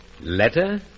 Letter